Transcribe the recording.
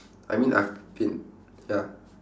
I mean I've been ya